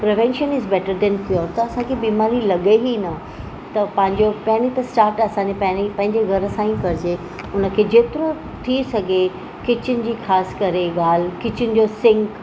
prevention is better than cure त असांखे बीमारियूं लॻे ई न त पंहिंजो पहिरियों त स्टाट असांजे पहिरियों ई पंहिंजे घर सां ई करिजे हुनखे जेतिरो थी सघे किचन जी ख़ासि करे ॻाल्हि किचन जो सिंक